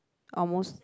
almost that